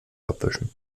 abwischen